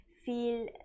Feel